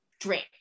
drink